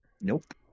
Nope